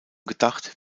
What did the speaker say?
gedacht